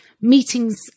meetings